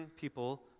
people